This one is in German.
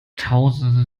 tausende